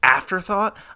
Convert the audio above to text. afterthought